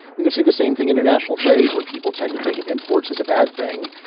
we can see the same thing, international trade, where people tend to think of imports as a bad thing,